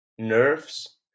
Nerves